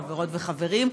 חברות וחברים,